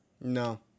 No